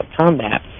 combat